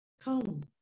Come